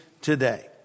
today